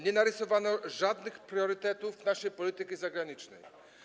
Nie narysowano żadnych priorytetów naszej polityki zagranicznej.